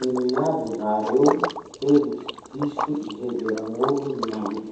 Ino iaby va reo hevitsy diso iheveragn'olo gny alika?